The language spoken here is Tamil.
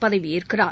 பகவியேற்கிறார்